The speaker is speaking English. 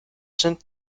sent